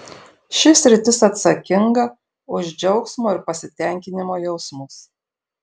ši sritis atsakinga už džiaugsmo ir pasitenkinimo jausmus